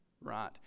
right